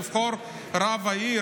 לבחור רב עיר,